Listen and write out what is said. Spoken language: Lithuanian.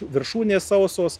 viršūnės sausos